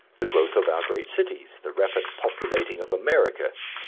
the growth of our great cities, the rapid populating of america,